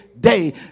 day